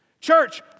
Church